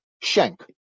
shank